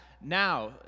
Now